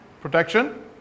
protection